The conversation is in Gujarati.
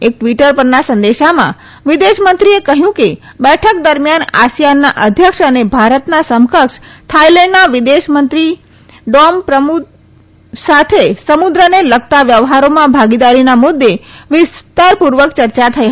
એક ટ્વીટર પરના સંદેશામાં વિદેશમંત્રીએ કહ્યું કે બેઠક દરમિયાન આસિયાનના અધ્યક્ષ અને ભારતના સમકક્ષ થાઇલેન્ડના વિદેશમંત્રી ડોમ પ્રમુદભાઇ સાથે સમુદ્રને લગતા વ્યવહારોમાં ભાગીદારીના મુદ્દે વિસ્તાર પૂર્વક ચર્ચા થઇ